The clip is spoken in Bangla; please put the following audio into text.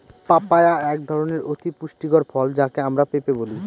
পাপায়া একধরনের অতি পুষ্টিকর ফল যাকে আমরা পেঁপে বলি